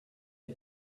the